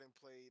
played